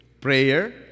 prayer